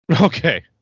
okay